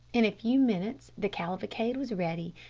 in a few minutes the cavalcade was ready,